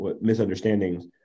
misunderstandings